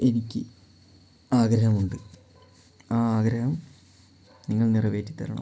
എനിക്ക് ആഗ്രഹമുണ്ട് ആ ആഗ്രഹം നിങ്ങൾ നിറവേറ്റി തരണം